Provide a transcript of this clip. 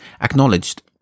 Acknowledged